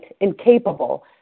incapable